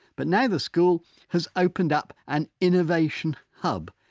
but now the school has opened up an innovation hub.